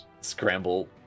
scramble